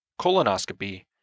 colonoscopy